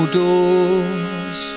doors